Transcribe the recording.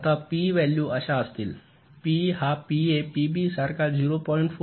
आता PE value अशा असतील पीई हा पीए पीबी सारखा ०